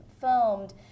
filmed